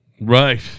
Right